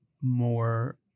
more